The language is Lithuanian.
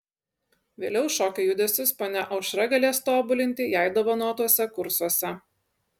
vėliau šokio judesius ponia aušra galės tobulinti jai dovanotuose kursuose